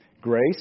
Grace